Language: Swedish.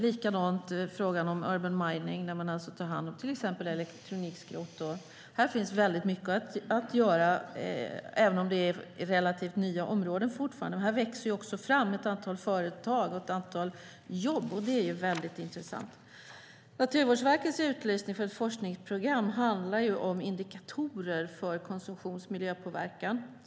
Likadant är det med frågan om urban mining, att ta hand om till exempel elektronikskrot. Här finns mycket att göra, även om de fortfarande är relativt nya områden. Här växer också ett antal företag och ett antal jobb fram. Det är mycket intressant. Naturvårdsverkets utlysta forskningsprogram handlar om indikatorer för konsumtionens miljöpåverkan.